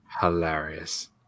hilarious